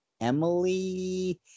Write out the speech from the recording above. Emily